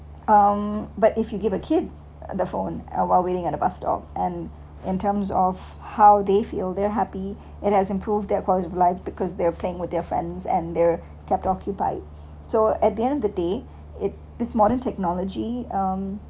um but if you give a kid the phone uh while waiting at the bus stop and in terms of how they feel they're happy it has improve that quality of life because they are playing with their friends and they're kept occupied so at the end of the day it this modern technology um